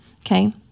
okay